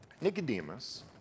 Nicodemus